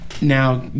now